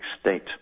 state